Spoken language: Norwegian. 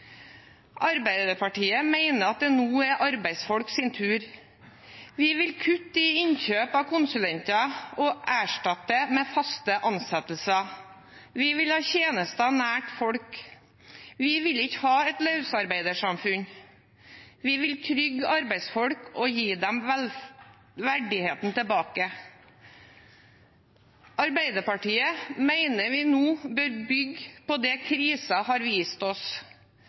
Arbeiderpartiet mener det nå er arbeidsfolks tur. Vi vil kutte i innkjøp av konsulenter og erstatte det med faste ansettelser. Vi vil ha tjenester nær folk. Vi vil ikke ha et løsarbeidersamfunn. Vi vil trygge arbeidsfolk og gi dem verdigheten tilbake. Arbeiderpartiet mener vi nå bør bygge på det krisen har vist oss